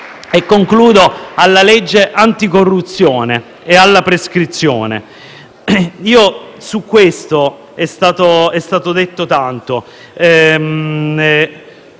e concludo - alla legge anticorruzione e alla prescrizione, è stato detto tanto.